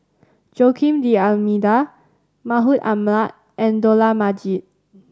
Joaquim D'Almeida Mahmud Ahmad and Dollah Majid